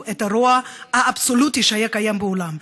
את הרוע האבסולוטי שהיה קיים בעולם.